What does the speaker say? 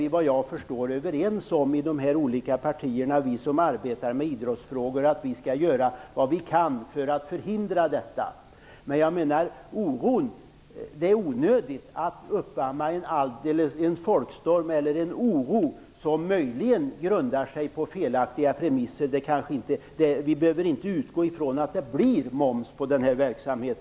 Vi är, såvitt jag förstår, överens i de olika partierna om att vi som arbetar med idrottsfrågorna skall göra vad vi kan för att förhindra detta. Det är onödigt att uppamma en folkstorm som möjligen grundar sig på felaktiga premisser. Vi behöver inte utgå från att det blir moms på denna verksamhet.